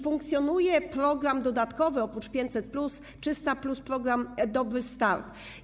Funkcjonuje też program dodatkowy, oprócz 500+ i 300+ jest program „Dobry start”